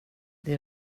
det